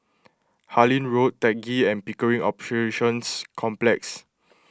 Harlyn Road Teck Ghee and Pickering Operations Complex